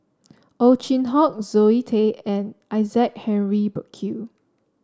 Ow Chin Hock Zoe Tay and Isaac Henry Burkill